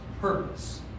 purpose